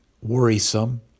worrisome